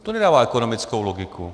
To nedává ekonomickou logiku.